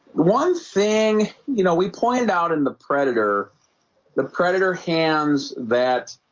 one thing you know we pointed out in the predator the predator hands that